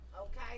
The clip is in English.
Okay